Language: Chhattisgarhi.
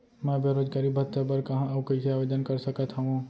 मैं बेरोजगारी भत्ता बर कहाँ अऊ कइसे आवेदन कर सकत हओं?